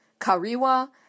Kariwa